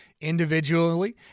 individually